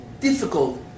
difficult